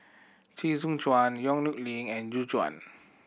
Chee Soon Juan Yong Nyuk Lin and Gu Juan